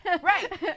right